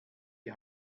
die